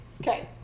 Okay